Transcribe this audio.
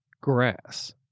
grass